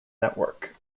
network